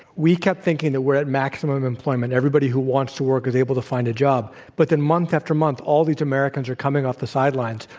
we kept thinking that we're at maximum employment. everybody who wants to work is able to find a job, but then month after month, all these americans are coming off the sidelines.